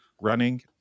running